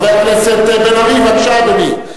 חבר הכנסת בן-ארי, בבקשה, אדוני.